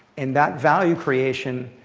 and that value creation,